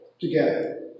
together